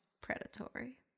predatory